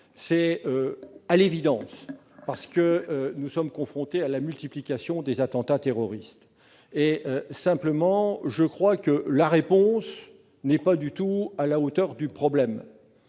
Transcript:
c'est à l'évidence parce que nous sommes confrontés à la multiplication des attentats terroristes. Or il apparaît que la réponse n'est pas du tout à la hauteur du problème.